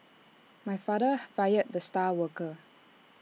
my father hi fired the star worker